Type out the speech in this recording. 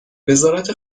وزارت